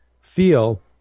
feel